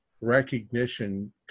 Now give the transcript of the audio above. recognition